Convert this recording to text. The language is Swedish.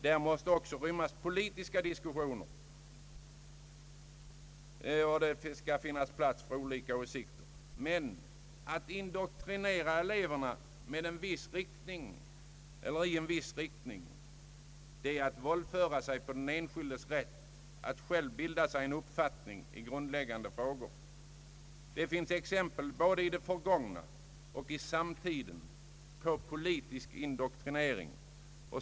Där måste också rymmas politiska diskussioner, och det skall finnas plats för olika åsikter. Men att indoktrinera eleverna i en viss riktning är att våldföra sig på den enskildes rätt att själv bilda sig en uppfattning i grundläggande frågor. Det finns exempel både i det förgångna och i samtiden på politisk indoktrinering.